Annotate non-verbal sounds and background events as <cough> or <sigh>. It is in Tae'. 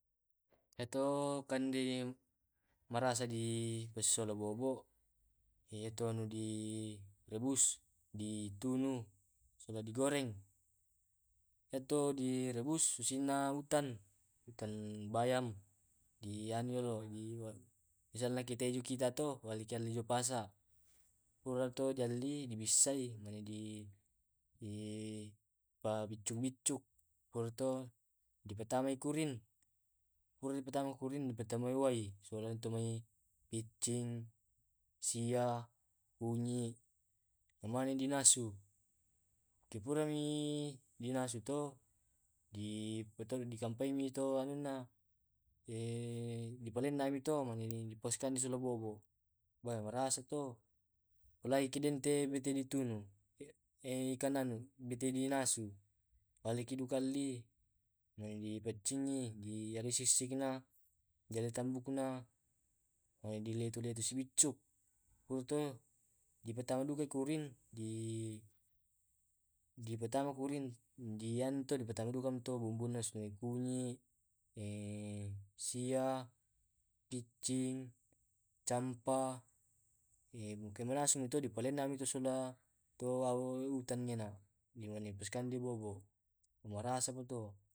Eyato kande marasa di pasolo bobo, iya to itu anu di rebus di tunu soba di goreng, Iyamtu di rebus susinna utan, utan bayam dianu dolo di misalnya tu keju kita to walli ke jo pasa pura to di alli di bissai, mane di <hesitation> pabiccu biccuk. Puratu, dipatama kurin, purai dipatamai kurin di patamai wai, sola tu mai piccing, sia, kunyi, na mane di nasu. Ke purami, dinasu to di pato di kampai mi to anunna eh <hesitation> di palenne ni sola bobo. Wae Marasa to, mulai keden te bete di tunu, <hesitation> ikan anu <hesitation> bete dinasu. Eli dukalli, mane dipaccingi, dialai sissikna, dialai tambukna, di leto leto si biccuk. Purato to di patama duka kurin di <hesitation> di patama kurin di patama duka tu bumbuna sola kunyi, <hesitation> sia, piccing, campa ko manasumi to di palessomi sola tu utan na di pasikande bobo na marasa pa to. <noise>